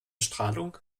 strahlung